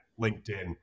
linkedin